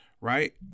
right